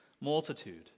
multitude